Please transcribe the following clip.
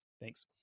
Thanks